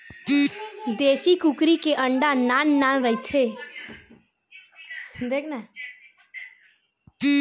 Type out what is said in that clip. देसी कुकरी के अंडा नान नान रहिथे